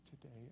today